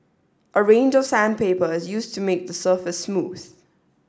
a range of sandpaper is used to make the surface smooth